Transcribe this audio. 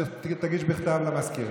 תגיש בכתב למזכירה.